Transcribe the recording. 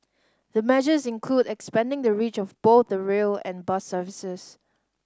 the measures include expanding the reach of both the rail and bus services